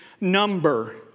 number